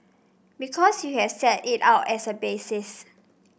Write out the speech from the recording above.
because you have set it out as a basis